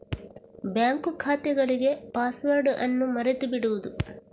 bank ಖಾತೆಗಳಿಗೆ password ಅನ್ನು ಮರೆತು ಬಿಡುವುದು